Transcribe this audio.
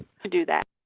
to do that.